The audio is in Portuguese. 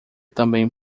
também